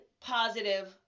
positive